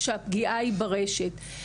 כשהפגיעה היא ברשת.